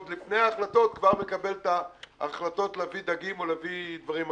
עוד לפני החלטות כבר מקבל את החלטות להביא דגים או להביא דברים אחרים.